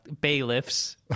bailiffs